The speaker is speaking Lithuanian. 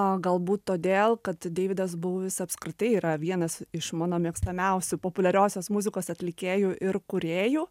o galbūt todėl kad deividas bouvis apskritai yra vienas iš mano mėgstamiausių populiariosios muzikos atlikėjų ir kūrėjų